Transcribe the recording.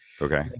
Okay